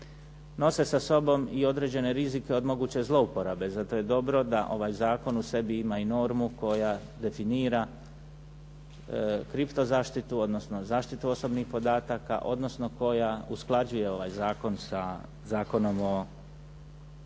Nose sa sobom i određene rizike od moguće zlouporabe. Zato je dobro da ovaj zakon u sebi ima i normu koja definira kripto zaštitu, odnosno zaštitu osobnih podataka, odnosno koja usklađuje ovaj zakon sa Zakonom o pravu na zaštitu